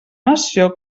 nació